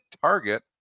target